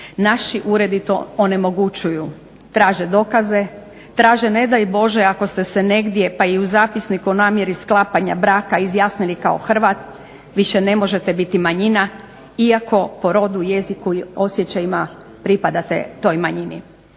naši uredi to onemogućuju. Traže dokaze, traže ne daj bože ako ste se negdje, pa i u zapisniku o namjeri sklapanja braka izjasnili kao Hrvat više ne možete biti manjina iako po rodu, jeziku i osjećajima pripadate toj manjini.